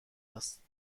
است